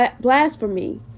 blasphemy